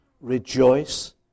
rejoice